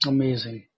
Amazing